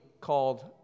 called